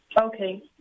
Okay